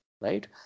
right